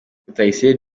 rutayisire